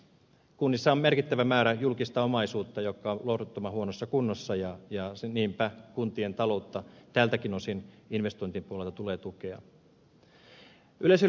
kunnissa on merkittävä määrä julkista omaisuutta joka on lohduttoman huonossa kunnossa ja niinpä kuntien taloutta tältäkin osin investointien puolelta tulee tukea